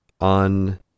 on